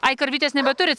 ai karvytės nebeturit